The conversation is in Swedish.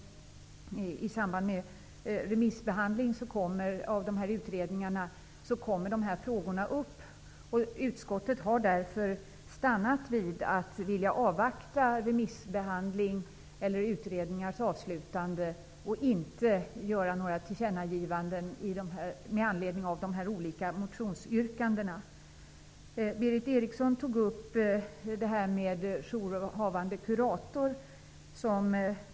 I samband med remissbehandlingar av dessa utredningar kommer dessa frågor upp. Utskottet har därför stannat vid att vilja avvakta remissbehandling eller utredningars avslutande och inte göra några tillkännagivanden med anledning av de olika motionsyrkandena. Berith Eriksson tog upp detta med jourhavande kurator.